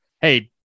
hey